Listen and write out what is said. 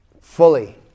fully